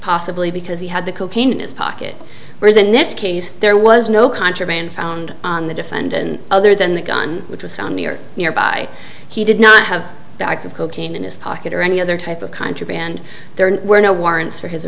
possibly because he had the cocaine in his pocket whereas in this case there was no contraband found on the defendant other than the gun which was found near nearby he did not have bags of cocaine in his pocket or any other type of contraband there were no warrants for his